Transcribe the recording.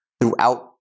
throughout